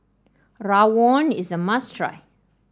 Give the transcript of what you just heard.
Rawon is a must try